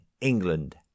England